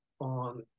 on